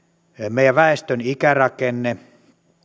meidän väestömme ikärakenne